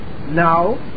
Now